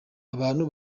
abantu